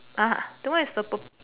ah that one is the pur~